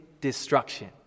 destruction